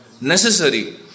necessary